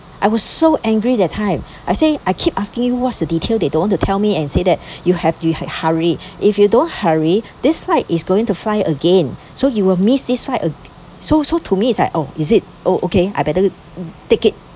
I was so angry that time I said I kept asking what's the details they don't want to tell me and said that you have you hurry if you don't hurry this flight is going to fly again so you will miss this flight uh so so to me it's like oh is it oh okay I better take it